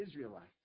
Israelites